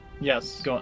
Yes